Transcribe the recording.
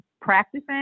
practicing